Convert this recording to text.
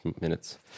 minutes